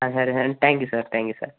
ஆ சரி sir thank you sir thank you sir